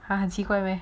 哈很奇怪 meh